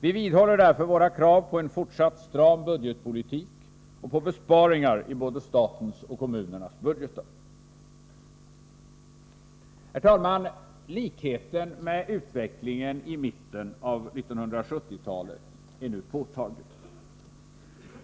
Vi vidhåller därför våra krav på en fortsatt stram budgetpolitik och på besparingar i både statens och kommunernas budgetar. Herr talman! Likheten med utvecklingen i mitten av 1970-talet är nu påtaglig.